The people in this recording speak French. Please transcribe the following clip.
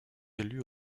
élus